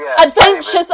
Adventures